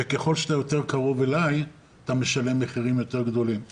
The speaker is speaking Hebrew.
וככל שאתה יותר קרוב אליי אתה משלם מחירים גדולים יותר.